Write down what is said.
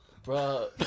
Bro